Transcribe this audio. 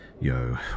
yo